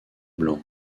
blanc